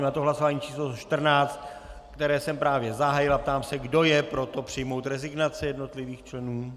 Je to hlasování číslo 114, které jsem právě zahájil, a ptám se, kdo je pro to, přijmout rezignace jednotlivých členů.